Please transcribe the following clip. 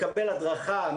מקבל הדרכה,